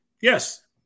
Yes